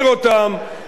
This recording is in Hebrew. יודע אותם.